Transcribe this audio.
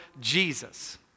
Jesus